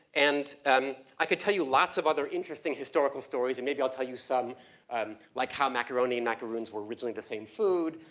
and um i could tell you lots of other interesting historical stories and maybe i'll tell you some like how macaroni and macaroons were originally the same food.